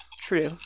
True